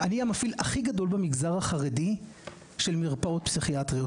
אני המפעיל הכי גדול במגזר החרדי של מרפאות פסיכיאטריות,